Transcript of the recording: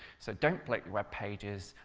so don't bloat your webpages,